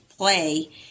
play